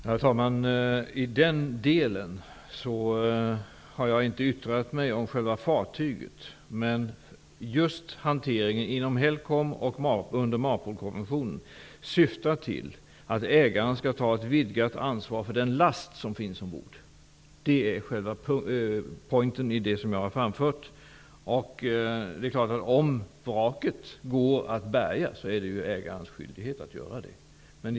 Herr talman! I den delen har jag inte yttrat mig om själva fartyget. Men hanteringen inom HELCOM och under MARPOL-konventionen syftar till att ägaren skall ta ett vidgat ansvar för den last som finns ombord. Det är själva poängen i det som jag har framfört. Om vraket går att bärga är det helt klart ägarens skyldighet att göra det.